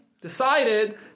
decided